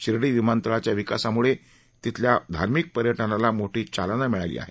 शिर्डी विमानतळाच्या विकासाम्ळं तिथल्या धार्मिक पर्यटनाला मोठी चालना मिळाली आहे